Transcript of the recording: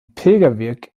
pilgerweg